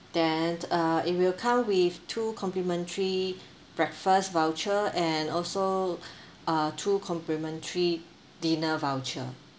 then uh it will come with two complimentary breakfast voucher and also uh two complimentary dinner voucher